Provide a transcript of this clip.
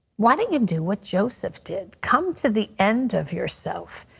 why don't you do what joseph did? come to the end of yourself,